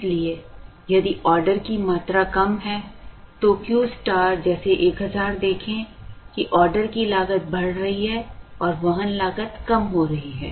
इसलिए यदि ऑर्डर की मात्रा कम है तो Q स्टार जैसे 1000 देखें कि ऑर्डर की लागत बढ़ रही है और वहन लागत कम हो रही है